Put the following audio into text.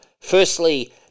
Firstly